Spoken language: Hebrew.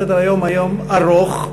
סדר-היום היום ארוך.